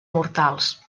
mortals